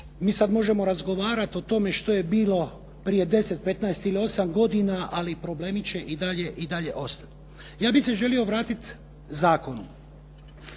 mi sada možemo razgovarati o tome što je bilo prije 10, 15 ili 8 godina, ali problemi će i dalje ostati. Ja bih se želio vratiti zakonu